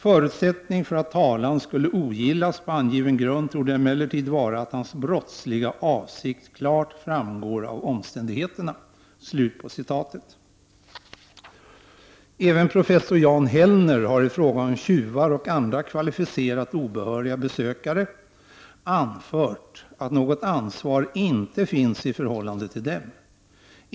Förutsättning för att talan skulle ogillas på angiven grund torde emellertid vara att hans brottsliga avsikt klart framgår av omständigheterna.” Även professor Jan Hellner har i fråga om tjuvar och andra kvalificerat obehöriga besökare anfört att något ansvar inte finns i förhållande till dem.